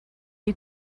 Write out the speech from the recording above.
you